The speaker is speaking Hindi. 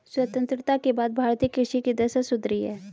स्वतंत्रता के बाद भारतीय कृषि की दशा सुधरी है